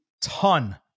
ton